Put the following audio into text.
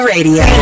Radio